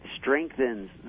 strengthens